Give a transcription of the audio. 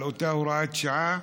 על אותה הוראת שעה.